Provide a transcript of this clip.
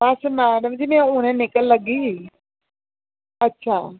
बस madam ji में हूनै निकलन लगी ही